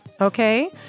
okay